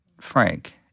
frank